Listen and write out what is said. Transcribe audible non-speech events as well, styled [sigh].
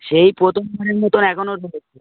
সেই প্রথম দিনের মতন এখনো জ্বর [unintelligible]